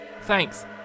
Thanks